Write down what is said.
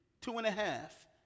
two-and-a-half